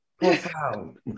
Profound